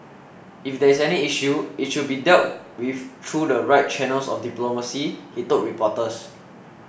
if there is any issue it should be dealt with through the right channels of diplomacy he told reporters